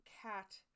cat